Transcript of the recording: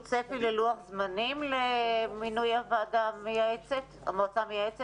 צפי ללוח זמנים למינוי המועצה המייעצת?